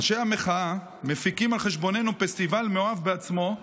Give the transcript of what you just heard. אנשי המחאה מפיקים על חשבוננו פסטיבל מאוהב בעצמו,